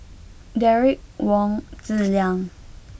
Derek Wong Zi Liang